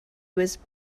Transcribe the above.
was